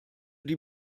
die